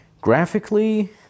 Graphically